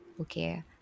Okay